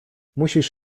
musisz